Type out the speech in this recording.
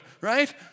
right